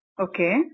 Okay